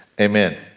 amen